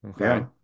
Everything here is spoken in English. Okay